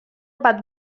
bat